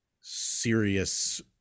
serious